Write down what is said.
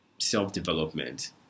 self-development